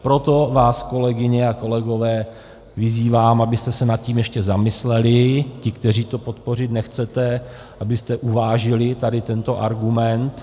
Proto vás, kolegyně a kolegové, vyzývám, abyste se nad tím ještě zamysleli, vy, kteří to podpořit nechcete, abyste uvážili tady tento argument.